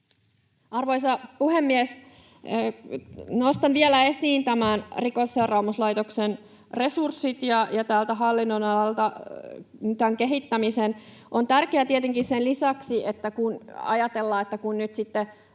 Arvoisa puhemies! Nostan vielä esiin Rikosseuraamuslaitoksen resurssit ja tämän hallinnonalan kehittämisen. On tärkeää tietenkin tietää — sen lisäksi, että ajatellaan, että nyt sitten